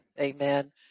amen